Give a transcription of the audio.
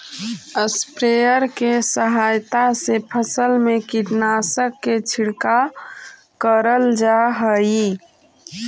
sprayer के सहायता से फसल में कीटनाशक के छिड़काव करल जा हई